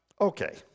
Okay